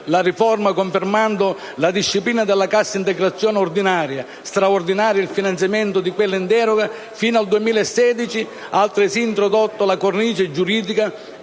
La riforma, confermando la disciplina della cassa integrazione ordinaria e straordinaria, nonché il finanziamento di quella in deroga fino al 2016, ha altresì introdotto la cornice giuridica